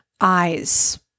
eyes